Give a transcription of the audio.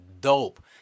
dope